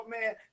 man